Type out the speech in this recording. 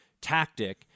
tactic